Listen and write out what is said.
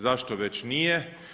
Zašto već nije?